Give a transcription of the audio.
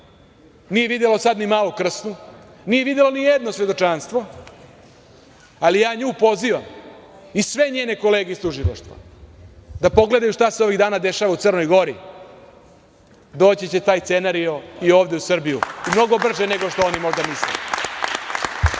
nije videlo sada ni Malu Krsnu, nije videlo nijedno svedočanstvo, ali ja ću pozivam i sve njene kolege iz tužilaštva da pogledaju šta se ovih dana dešava u Crnoj Gori. Doći će taj scenario i ovde u Srbiju, mnogo brže nego što oni možda misle. Nema,